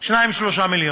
3-2 מיליון,